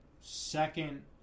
second